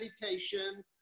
meditation